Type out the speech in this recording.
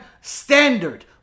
standard